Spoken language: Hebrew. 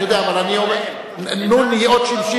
אני יודע, אבל אני אומר, נו"ן היא אות שמשית?